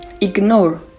ignore